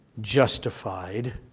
justified